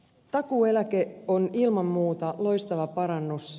takuueläke on ilman muuta loistava parannus